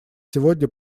сегодня